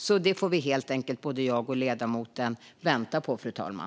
Detta får jag och ledamoten helt enkelt vänta på, fru talman.